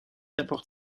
apporte